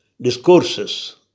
discourses